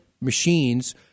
machines